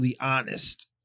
honest